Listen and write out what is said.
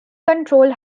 controlled